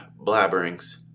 blabberings